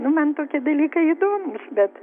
nu man tokie dalykai įdomūs bet